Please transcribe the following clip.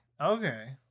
Okay